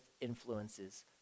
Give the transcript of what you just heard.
influences